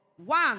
One